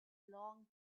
long